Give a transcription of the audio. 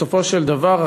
בסופו של דבר,